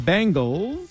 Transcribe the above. Bengals